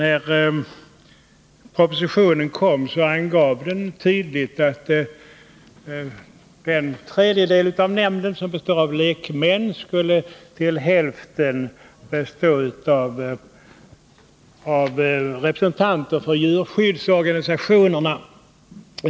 I propositionen angavs tydligt att den tredjedel av nämnden som består av lekmän till hälften skulle utgöras av representanter för djurskyddsorganisationerna.